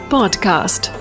Podcast